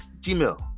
gmail